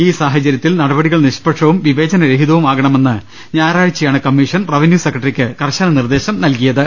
ഈ സാഹചരൃത്തിൽ നടപടികൾ നിഷ്പക്ഷവും വിവേചന രഹിതവും ആകണമെന്ന് ഞായറാഴ്ചയാണ് കമ്മിഷൻ റവന്യുസെക്രട്ടറിക്ക് കർശന നിർദ്ദേശം നൽകിയത്